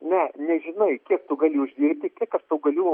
na nežinai kiek tu gali uždirbti kiek aš tau galiu